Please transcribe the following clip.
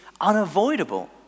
unavoidable